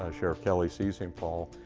ah sheriff kelley sees him fall.